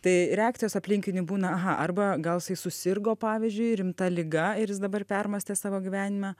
tai reakcijos aplinkinių būna aha arba gal jisai susirgo pavyzdžiui rimta liga ir jis dabar permąstė savo gyvenimą